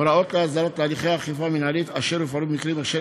הוראות להסדרת להליכי אכיפה מינהלית אשר יופעלו במקרים אשר